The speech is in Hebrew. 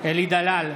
אלי דלל,